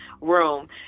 room